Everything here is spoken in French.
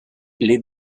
les